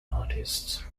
artists